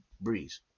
breeze